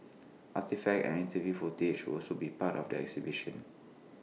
artefacts and interview footage will also be part of the exhibition